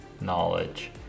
knowledge